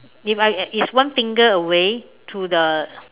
if I it's one finger away to the